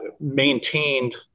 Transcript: maintained